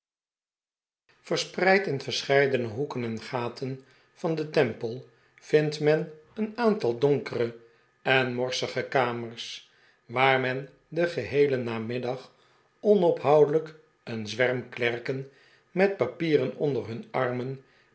verspreid in verscheidene hoeken en gaten van den temple vindt men een aantal donkere en morsige kamers waar men den geheelen namiddag onophoudelijk een zwerm klerken met papieren onder hun armen